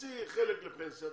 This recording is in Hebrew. תוציא חלק לפנסיה.